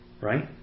Right